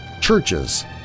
churches